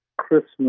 Christmas